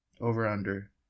Over-under